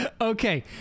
okay